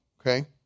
okay